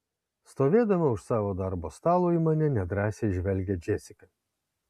stovėdama už savo darbo stalo į mane nedrąsiai žvelgia džesika